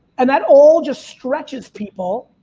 and that all just stretches people,